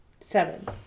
Seven